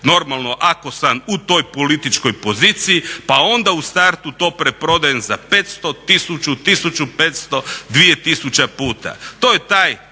normalno ako sam u toj političkoj poziciji pa onda u startu to preprodajem za 500, 1000, 1500, 2000 puta. To je taj